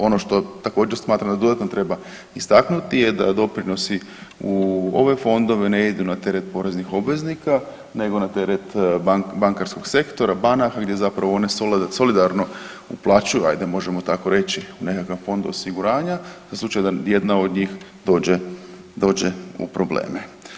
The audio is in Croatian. Ono što također, smatram da dodatno treba istaknuti je da doprinosi u ove fondove ne idu na teret poreznih obveznika nego na teret bankarskog sektora, banaka gdje one solidarno uplaćuju, ajde, možemo tako reći u nekakav fond osiguranja, za slučaj da jedna od njih dođe u probleme.